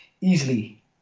easily